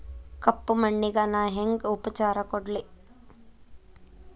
ಕಪ್ಪ ಮಣ್ಣಿಗ ನಾ ಹೆಂಗ್ ಉಪಚಾರ ಕೊಡ್ಲಿ?